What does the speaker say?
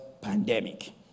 pandemic